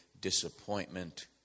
disappointment